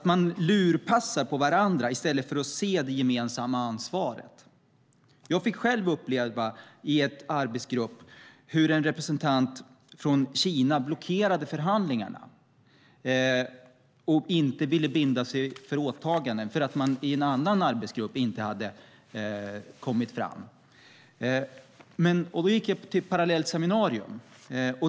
Man lurpassar på varandra i stället för att se det gemensamma ansvaret. Jag fick själv uppleva i en arbetsgrupp hur en representant från Kina blockerade förhandlingarna och inte ville binda sig för åtaganden därför att man i en annan arbetsgrupp inte hade kommit fram till något. Då gick jag till ett parallellt seminarium.